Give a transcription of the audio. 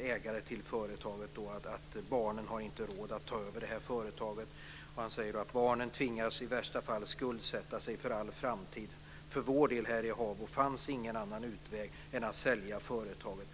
ägare till företaget, att barnen inte har råd att ta över företaget. Han säger: Barnen tvingas i värsta fall att skuldsätta sig för all framtid. För vår del här i Habo fanns ingen annan utväg än att sälja företaget.